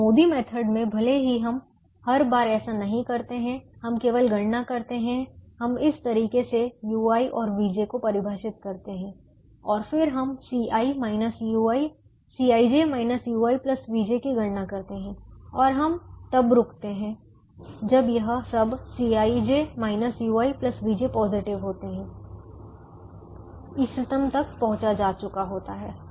तो MODI method मे भले ही हम हर बार ऐसा नही करते हैं हम केवल गणना करते हैं हम इस तरीके से ui और vj को परिभाषित करते हैं और फिर हम Cij ui vj की गणना करते हैं और हम तब रुकते हैं Refer Time 1809 जब यह सब Cij ui vj पॉजिटिव होता है इष्टतम तक पहुंचा जा चुका होता है